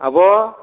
आब'